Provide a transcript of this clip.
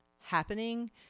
happening